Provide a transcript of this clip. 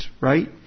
right